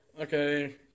Okay